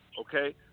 okay